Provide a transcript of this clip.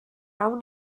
awn